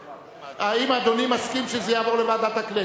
האם אדוני מסכים שזה יעבור לוועדת הכנסת?